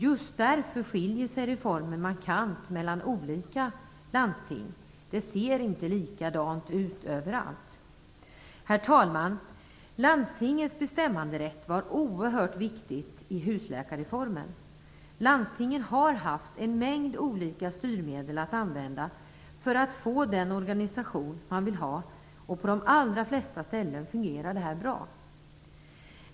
Just därför skiljer sig reformen markant mellan olika landsting. Det ser inte likadant ut överallt. Herr talman! Landstingens bestämmanderätt var oerhört viktigt i husläkarreformen. Landstingen har haft en mängd olika styrmedel att använda för att få den organisation man vill ha, och på de allra flesta ställen fungerar det här bra.